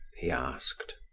he asked.